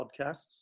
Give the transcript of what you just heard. podcasts